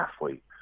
athlete